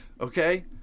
Okay